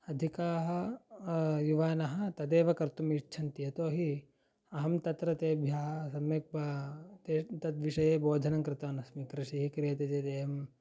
अधिकाः युवानः तदेव कर्तुम् इच्छन्ति यतोहि अहं तत्र तेभ्यः सम्यक् पा ते तद्विषये बोधनं कृतवान् अस्मि कृषिः क्रियते चेत् एवं